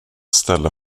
ställe